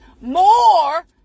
more